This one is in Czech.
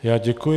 Já děkuji.